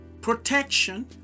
protection